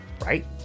right